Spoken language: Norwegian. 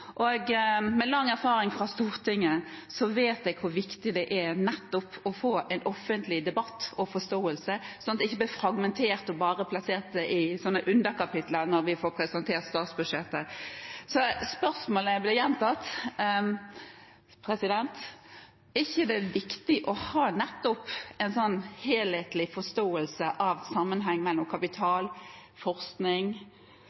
Med lang erfaring fra Stortinget vet jeg hvor viktig det er å få en offentlig debatt og forståelse, slik at det ikke blir fragmentert og bare plassert i underkapitler når vi får presentert statsbudsjettet. Spørsmålet gjentas: Er det ikke viktig å ha nettopp en helhetlig forståelse av sammenhengen mellom